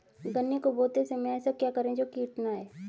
गन्ने को बोते समय ऐसा क्या करें जो कीट न आयें?